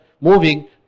moving